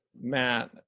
Matt